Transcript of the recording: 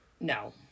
No